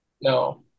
No